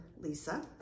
Lisa